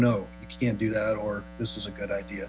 no you can't do that or this is a good idea